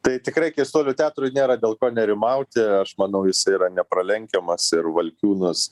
tai tikrai keistuolių teatrui nėra dėl ko nerimauti aš manau jis yra nepralenkiamas ir valkiūnus